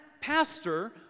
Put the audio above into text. pastor